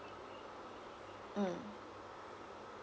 mm